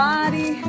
Body